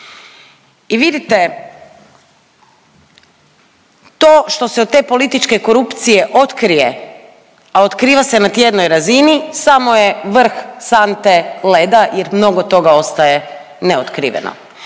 I vidite, to što se od te političke korupcije otkrije, a otkriva se na tjednoj razini, samo je vrh sante leda jer mnogo toga ostaje neotkriveno.